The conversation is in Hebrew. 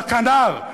הכנ"ר,